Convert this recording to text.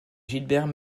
gilbert